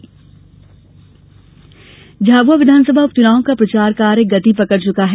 झाबुआ उपचुनाव झाबुआ विधानसभा उपचुनाव का प्रचार कार्य गति पकड़ चुका है